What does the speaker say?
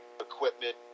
equipment